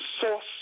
source